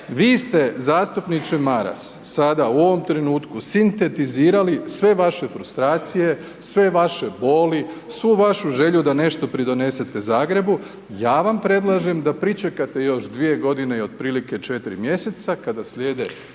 Vi ste zastupniče Maras, sada u ovom trenutku sintetizirali sve vaše frustracije, sve vaše boli, svu vašu želju da nešto pridonesete Zagrebu, ja vam predlažem da pričekate još 2 g. i otprilike 4 mj. kada slijede izbori